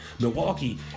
milwaukee